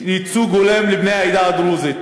לייצוג הולם של בני העדה הדרוזית